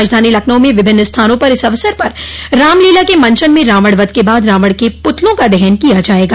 राजधानी लखनऊ में विभिन्न स्थाना पर इस अवसर पर रामलीला के मंचन में रावण वध के बाद रावण के पुतलों का दहन किया जायेगा